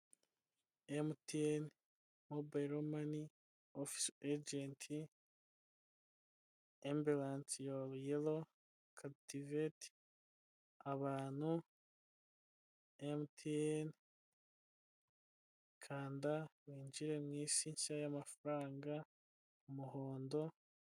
Mtn mobile money office agent ,embilanse yoru yelow, kaputiveti, abantu ,mtn kanda winjire mwisi nshya y'amafaranga umuhondo.